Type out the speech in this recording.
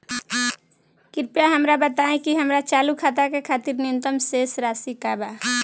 कृपया हमरा बताइ कि हमार चालू खाता के खातिर न्यूनतम शेष राशि का बा